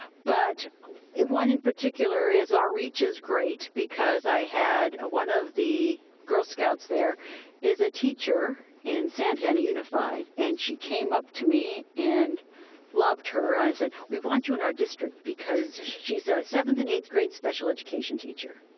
but one in particular is our reach is great because i had one of the girl scouts there is a teacher in santana unified and she came up to me and loved her. and i said, we want you in our district because she's a seventh and eighth grade special education teacher,